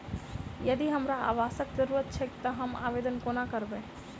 यदि हमरा आवासक जरुरत छैक तऽ हम आवेदन कोना करबै?